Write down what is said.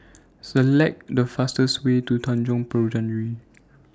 Select The fastest Way to Tanjong Penjuru